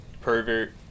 pervert